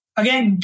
again